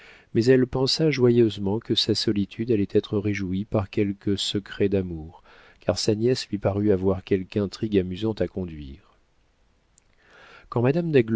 mais elle pensa joyeusement que sa solitude allait être réjouie par quelque secret d'amour car sa nièce lui parut avoir quelque intrigue amusante à conduire quand madame